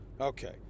Okay